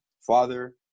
father